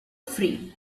free